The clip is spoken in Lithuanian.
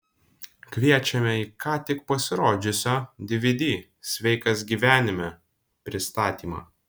kviečiame į ką tik pasirodžiusio dvd sveikas gyvenime pristatymą